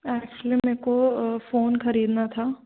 actually मेरे को phone ख़रीदना था